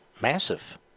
massive